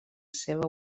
seva